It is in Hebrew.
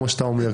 כמו שאתה אומר.